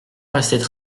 restaient